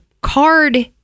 card